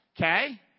Okay